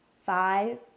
Five